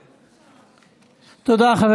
תודה, חבר